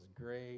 great